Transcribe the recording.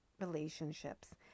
relationships